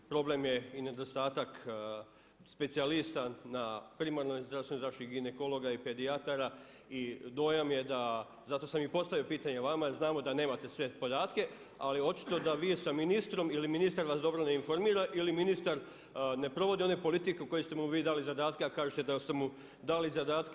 Problem je i nedostatak specijalista na primarnoj zdravstvenoj zaštiti, ginekologa i pedijatara, i dojam je da, zato sam i postavio pitanje vama jer znamo da nemate sve podatke ali očito da vi sa ministrom ili ministar vas dobro ne informira ili ministar ne provodi one politike koje ste mu vi dali u zadatke a kažete da ste mu dali zadatke.